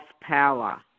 power